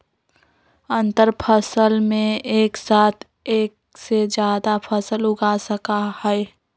अंतरफसल में एक साथ एक से जादा फसल उगा सका हई